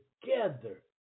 together